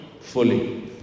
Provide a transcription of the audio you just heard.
fully